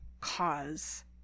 cause